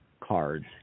cards